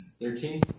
Thirteen